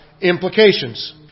implications